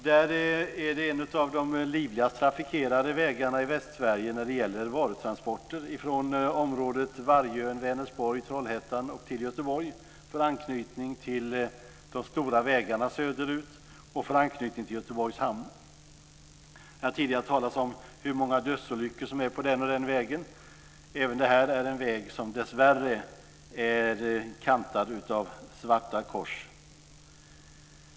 Det är en av de livligast trafikerade vägarna i Västsverige när det gäller varutransporter från området Vargön-Vänersborg Trollhättan till Göteborg för anknytning till de stora vägarna söderut och för anknytning till Göteborgs hamn. Det har tidigare talats om hur många dödsolyckor som det är på den och den vägen. Även det här är en väg som dessvärre är kantad av svarta kors.